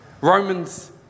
Romans